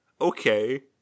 Okay